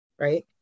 right